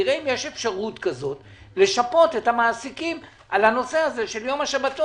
נראה אם יש אפשרות כזאת לשפות את המעסיקים על הנושא הזה של יום השבתון,